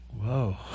whoa